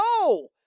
No